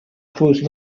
prose